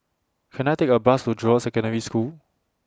Can I Take A Bus to Jurong Secondary School